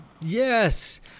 Yes